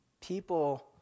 People